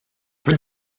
peut